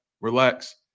relax